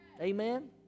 Amen